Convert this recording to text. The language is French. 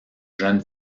jeune